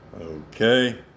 Okay